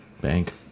bank